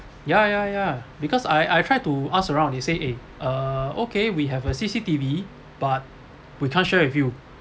ya ya ya because I I try to ask around he say eh uh okay we have a C_C_T_V but we can't share with you